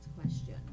question